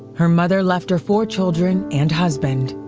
her mother left her four children and husband.